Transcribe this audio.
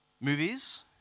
Movies